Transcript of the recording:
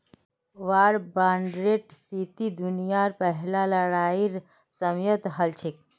वार बांडेर स्थिति दुनियार पहला लड़ाईर समयेत हल छेक